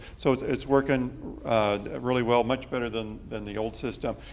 so it's it's working really well, much better than than the old system.